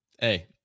Hey